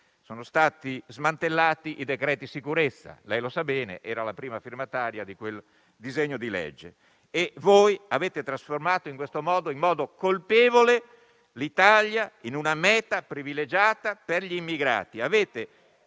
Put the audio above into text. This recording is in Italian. sono stati smantellati i decreti sicurezza. Lei lo sa bene, in quanto era la prima firmataria di quel disegno di legge. Avete trasformato in modo colpevole l'Italia in una meta privilegiata per gli immigrati; avete attaccato